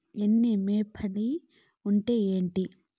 Anemophily అంటే ఏంటి?